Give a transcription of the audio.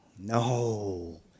No